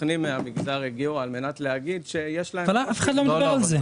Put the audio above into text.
שסוכנים מהמגזר הגיעו על מנת לומר שיש להם --- אף אחד לא מדבר על זה.